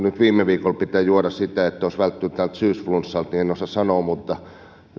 nyt viime viikolla pitänyt juoda sitä että olisi välttynyt tältä syysflunssalta en osaa sanoa mutta